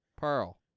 Pearl